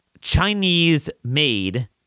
Chinese-made